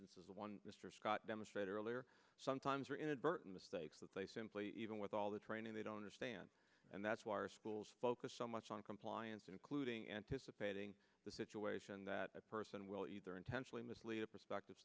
mistakes demonstrate earlier sometimes or inadvertent mistakes that they simply even with all the training they don't understand and that's why our schools focus so much on compliance including anticipating the situation that person will either intentionally mislead a prospective